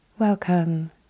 Welcome